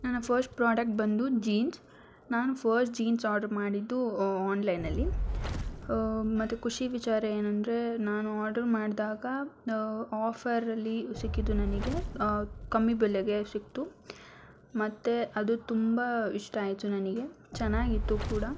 ನನ್ನ first product ಬಂದು jeans ನಾನು ಫಸ್ಟ್ ಜೀನ್ಸ್ ಆರ್ಡ್ರ್ ಮಾಡಿದ್ದು ಆನ್ಲೈನಲ್ಲಿ ಮತ್ತು ಖುಷಿ ವಿಚಾರ ಏನಂದರೆ ನಾನು ಆರ್ಡ್ರ್ ಮಾಡಿದಾಗ ಆಫರಲ್ಲಿ ಸಿಕ್ಕಿದ್ದು ನನಗೆ ಕಮ್ಮಿ ಬೆಲೆಗೆ ಸಿಕ್ಕಿತು ಮತ್ತು ಅದು ತುಂಬ ಇಷ್ಟ ಆಯಿತು ನನಗೆ ಚೆನ್ನಾಗಿತ್ತು ಕೂಡ